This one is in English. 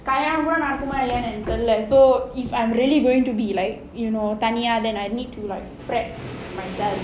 கல்யாணம் கூட நடக்குமான்னு தெரில:kalyaanam kooda nadakkumanu therila so if I'm really going to be like you know தனியா:thaniyaa then I need to like prep for myself